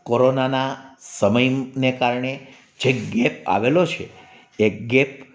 કોરોનાનાં સમયને કારણે જે ગેપ આવેલો છે એ ગેપ